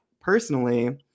Personally